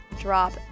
drop